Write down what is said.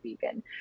vegan